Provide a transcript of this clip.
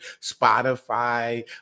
Spotify